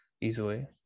easily